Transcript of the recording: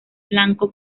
blanco